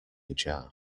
ajar